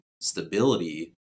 stability